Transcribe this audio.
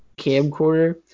camcorder